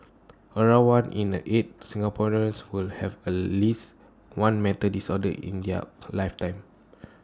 around one in the eight Singaporeans will have at least one mental disorder in their A lifetime